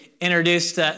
introduced